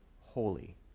holy